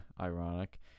Ironic